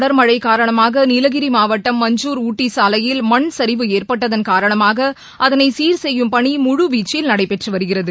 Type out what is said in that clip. தொடர் மழை காரணமாக நீலகிரி மாவட்டம் மஞ்கர் ஊட்டி சாலையில் மண் சரிவு ஏற்பட்டதன் காரணமாக அதனை சீர் செய்யும் பணி முழு வீச்சில் நடைபெற்று வருகிறது